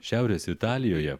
šiaurės italijoje